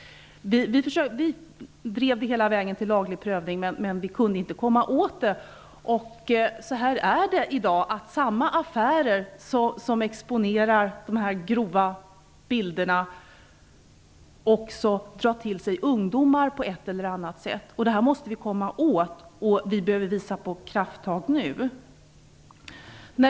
Vi drev det hela vägen till laglig prövning, men vi kunde inte komma åt det. I dag är det så att samma affärer som exponerar de här grova bilderna också drar till sig ungdomar på ett eller annat sätt. Det måste vi komma åt. Vi behöver visa på krafttag nu.